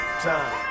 time